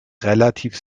relativ